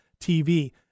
TV